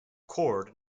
cord